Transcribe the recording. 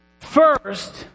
First